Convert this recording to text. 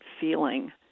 feeling